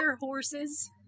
horses